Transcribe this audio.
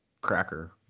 cracker